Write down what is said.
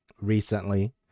recently